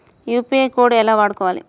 UPI code ఎలా వాడుకోవాలి?